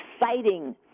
exciting